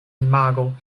imago